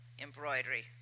embroidery